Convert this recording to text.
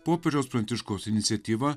popiežiaus pranciškaus iniciatyva